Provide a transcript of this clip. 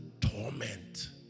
torment